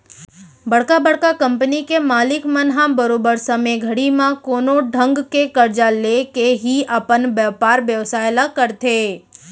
बड़का बड़का कंपनी के मालिक मन ह बरोबर समे घड़ी म कोनो ढंग के करजा लेके ही अपन बयपार बेवसाय ल करथे